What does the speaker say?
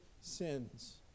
sins